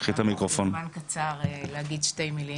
הזמן קצר, אני אגיד שתי מילים.